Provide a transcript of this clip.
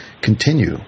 continue